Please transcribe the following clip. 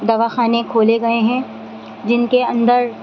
دواخانے کھولے گئے ہیں جن کے اندر